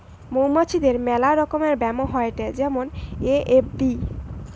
মৌমাছিদের মেলা রকমের ব্যামো হয়েটে যেমন এ.এফ.বি